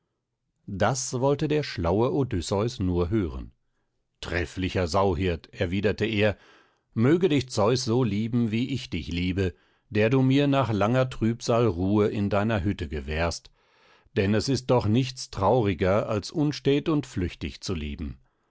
das wollte der schlaue odysseus nur hören trefflicher sauhirt erwiderte er möge dich zeus so lieben wie ich dich liebe der du mir nach langer trübsal ruhe in deiner hütte gewährst denn es ist doch nichts trauriger als unstät und flüchtig leben